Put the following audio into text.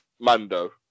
Mando